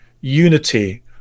unity